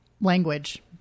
language